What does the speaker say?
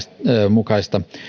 mukaista